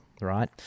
right